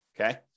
Okay